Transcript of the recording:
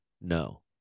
No